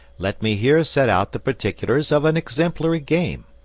let me here set out the particulars of an exemplary game.